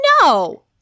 No